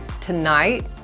Tonight